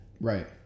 Right